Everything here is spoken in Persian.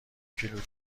کیلو